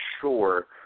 sure